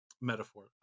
metaphor